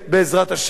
בעזרת השם.